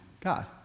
God